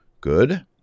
Good